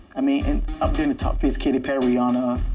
i mean, and up there in the top three is katy perry, rihanna,